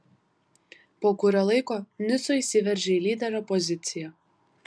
po kurio laiko nico įsiveržė į lyderio poziciją